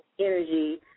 energy